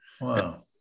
Wow